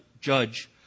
judge